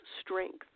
strength